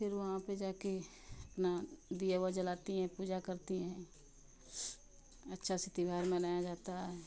फिर वहाँ पे जाके अपना दिया वा जलाती हैं पूजा करती हैं अच्छा से त्यौहार मनाया जाता है